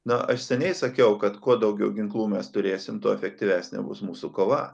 na aš seniai sakiau kad kuo daugiau ginklų mes turėsim tuo efektyvesnė bus mūsų kova